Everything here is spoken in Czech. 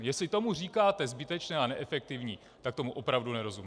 Jestli tomu říkáte zbytečná a neefektivní, tak tomu opravdu nerozumím.